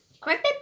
Creepy